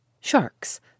Sharks